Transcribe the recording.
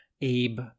Abe